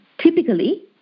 typically